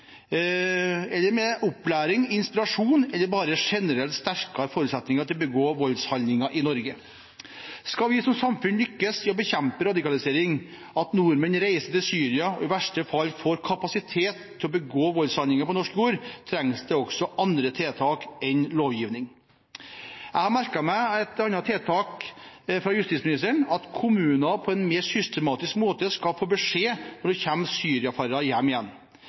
eller med opplæring, inspirasjon eller bare generelt sterkere forutsetninger for å begå voldshandlinger i Norge. Skal vi som samfunn lykkes i å bekjempe radikalisering, at nordmenn reiser til Syria og i verste fall får kapasitet til å begå voldshandlinger på norsk jord, trengs det også andre tiltak enn lovgivning. Jeg har merket meg et annet tiltak fra justisministeren, at kommunene på en mer systematisk måte skal få beskjed når det kommer syriafarere hjem.